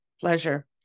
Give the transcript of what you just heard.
Pleasure